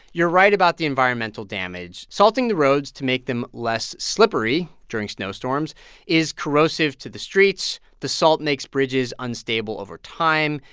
you're right about the environmental damage. salting the roads to make them less slippery during snowstorms is corrosive to the streets. the salt makes bridges unstable over time.